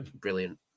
brilliant